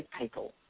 people